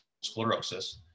sclerosis